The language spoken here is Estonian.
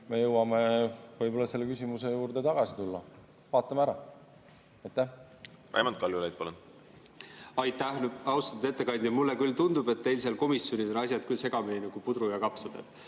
me jõuame võib-olla selle küsimuse juurde tagasi tulla, vaatame ära. Raimond Kaljulaid, palun! Aitäh! Austatud ettekandja! Mulle küll tundub, et teil seal komisjonis on asjad segamini nagu puder ja kapsad.